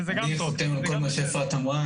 אני חותם על כל מה שאפרת אמרה.